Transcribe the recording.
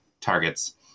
targets